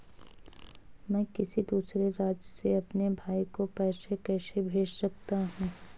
मैं किसी दूसरे राज्य से अपने भाई को पैसे कैसे भेज सकता हूं?